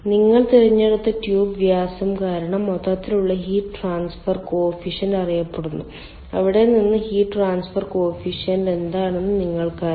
നിങ്ങൾ തിരഞ്ഞെടുത്ത ട്യൂബ് വ്യാസം കാരണം മൊത്തത്തിലുള്ള ഹീറ്റ് ട്രാൻസ്ഫർ കോഫിഫിഷ്യന്റ് അറിയപ്പെടുന്നു അവിടെ നിന്ന് ഹീറ്റ് ട്രാൻസ്ഫർ കോഫിഫിഷ്യന്റ് എന്താണെന്ന് നിങ്ങൾക്കറിയാം